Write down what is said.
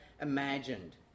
imagined